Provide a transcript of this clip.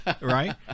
right